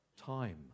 time